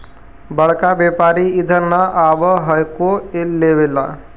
बड़का व्यापारि इधर नय आब हको लेबे ला?